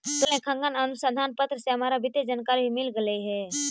तोहर लेखांकन अनुसंधान पत्र से हमरा वित्तीय जानकारी भी मिल गेलई हे